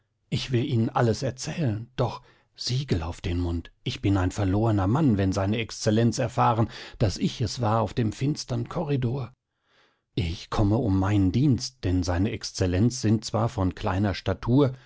ich will ihnen alles erzählen doch siegel auf den mund ich bin ein verlorner mann wenn se exzellenz erfahren daß ich es war auf dem finstern korridor ich komme um meinen dienst denn se exzellenz sind zwar von kleiner statur